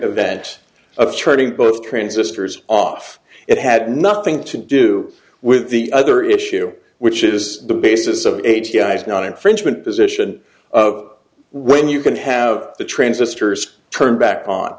event of turning both transistors off it had nothing to do with the other issue which is the basis of age guys not infringement position of when you can have the transistors turned back on